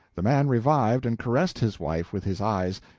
the man revived and caressed his wife with his eyes,